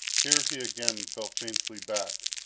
here he again fell faintly back.